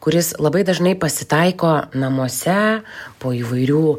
kuris labai dažnai pasitaiko namuose po įvairių